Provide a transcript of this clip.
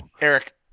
Eric